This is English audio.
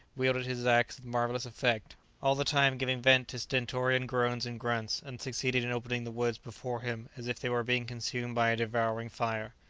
wielded his axe with marvellous effect, all the time giving vent to stentorian groans and grunts, and succeeded in opening the woods before him as if they were being consumed by a devouring fire.